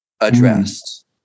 addressed